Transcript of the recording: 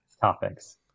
topics